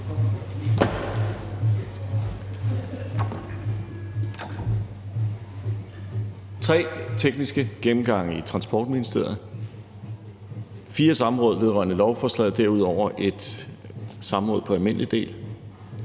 Tre tekniske gennemgange i Transportministeriet, fire samråd vedrørende lovforslaget, derudover ét samråd på almindelig del,